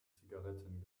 zigaretten